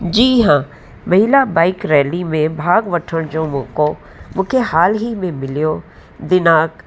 जी हां महिला bike rally में भाॻु वठण जो मौक़ो मूंखे हाल ई में मिलियो दिनांक